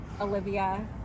Olivia